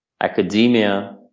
academia